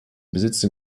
besitzen